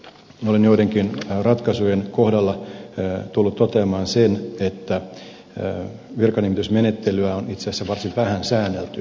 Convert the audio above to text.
olen joidenkin ratkaisujen kohdalla tullut toteamaan sen että virkanimitysmenettelyä on itse asiassa varsin vähän säännelty suomessa